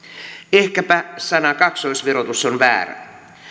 ehkäpä sana kaksoisverotus on väärä